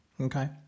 okay